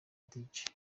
djs